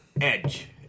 Edge